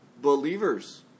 believers